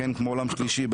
כמו עולם שלישי,